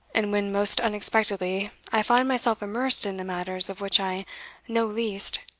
and when, most unexpectedly, i find myself immersed in the matters of which i know least,